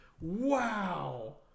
Wow